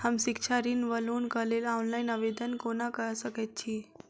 हम शिक्षा ऋण वा लोनक लेल ऑनलाइन आवेदन कोना कऽ सकैत छी?